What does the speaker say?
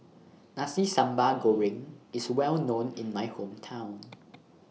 Nasi Sambal Goreng IS Well known in My Hometown